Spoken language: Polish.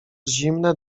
zimne